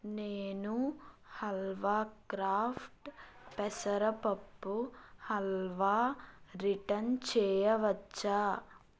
నేను హల్వా క్రాఫ్ట్ పెసరపప్పు హల్వా రిటర్న్ చేయవచ్చా